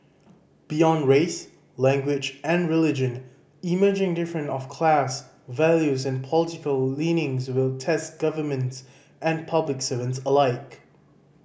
beyond race language and religion emerging different of class values and political leanings will test governments and public servants alike